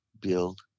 build